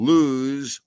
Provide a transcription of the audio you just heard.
Lose